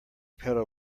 pedal